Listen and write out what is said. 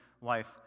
wife